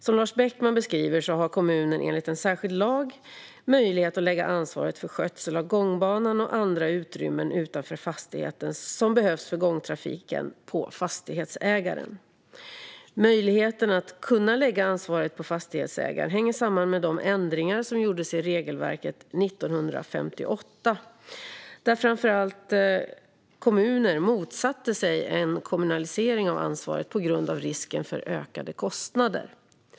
Som Lars Beckman beskriver har kommunen enligt en särskild lag möjlighet att lägga ansvaret för skötseln av gångbanan och andra utrymmen utanför fastigheten som behövs för gångtrafiken på fastighetsägaren. Möjligheten att lägga ansvaret på fastighetsägaren hänger samman med de ändringar som gjordes i regelverket 1958, då framför allt kommuner motsatte sig en kommunalisering av ansvaret på grund av risken för ökade kostnader.